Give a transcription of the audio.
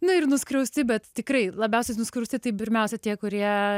na ir nuskriausti bet tikrai labiausiai nuskriausti tai pirmiausia tie kurie